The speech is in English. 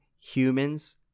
humans